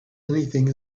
anything